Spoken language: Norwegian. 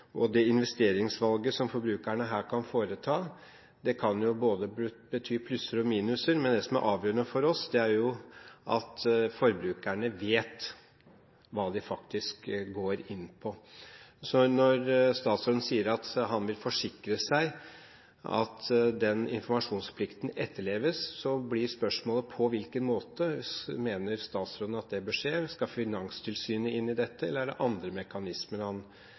forbrukerne. Det investeringsvalget som forbrukerne her kan foreta, kan bety både plusser og minuser, men det som er avgjørende for oss, er at forbrukerne vet hva de faktisk går inn på. Når statsråden sier at han vil forsikre seg om at den informasjonsplikten etterleves, blir spørsmålet: På hvilken måte mener han at det bør skje? Skal Finanstilsynet inn i dette, eller er det andre mekanismer han